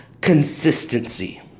consistency